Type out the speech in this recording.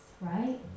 Right